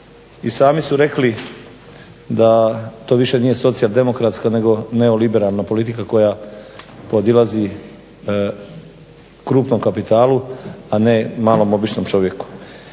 i sami su rekli da to više nije socijaldemokratska nego neoliberalna politika koja podilazi krupnom kapitalu a ne malom običnom čovjeku.